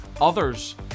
Others